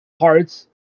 Hearts